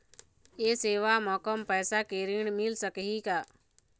ये सेवा म कम पैसा के ऋण मिल सकही का?